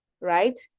right